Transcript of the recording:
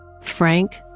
Frank